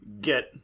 get